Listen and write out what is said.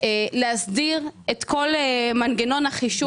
להסדיר את כל מנגנון החישוב,